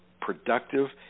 productive